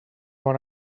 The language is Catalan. bon